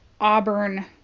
auburn